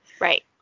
Right